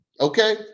okay